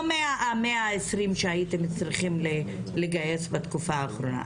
ה-120 שהייתם צריכים לגייס בתקופה האחרונה.